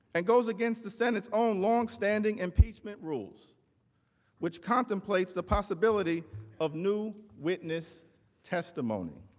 and goes against the senate on long-standing impeachment rule which contemplates the possibility of new witness testimony.